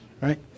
right